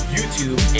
YouTube